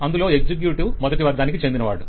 అందులో ఎక్సెక్యుటివ్ మొదటి వర్గానికి చెందినవాడు